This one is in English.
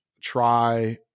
try